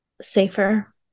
safer